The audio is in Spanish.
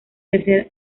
tercer